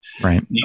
Right